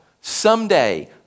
someday